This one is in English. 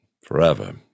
forever